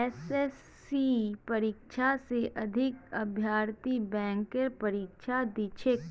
एसएससीर परीक्षा स अधिक अभ्यर्थी बैंकेर परीक्षा दी छेक